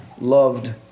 loved